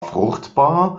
fruchtbar